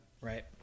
Right